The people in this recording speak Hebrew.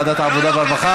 לא, לא.